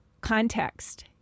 context